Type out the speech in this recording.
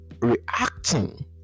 reacting